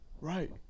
Right